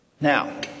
Now